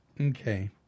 Okay